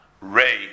ray